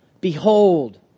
Behold